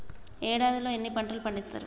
ఏడాదిలో ఎన్ని పంటలు పండిత్తరు?